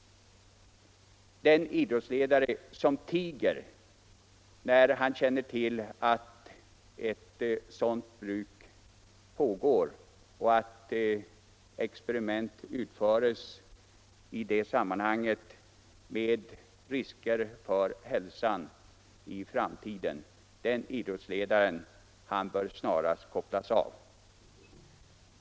Den idrottsledare som tiger när han känner till att ett sådant bruk pågår och att experiment utförs i det sammanhanget — med risker för hälsan i framtiden — den idrottsledaren bör snarast kopplas av!